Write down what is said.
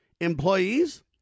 employees